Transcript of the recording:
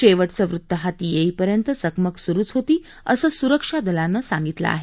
शेवटचं वृत्त हाती येईपर्यंत चकमक सुरु होती असं सुरक्षा दलानं म्हटलं आहे